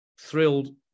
thrilled